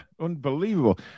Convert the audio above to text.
unbelievable